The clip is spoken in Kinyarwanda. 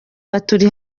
bari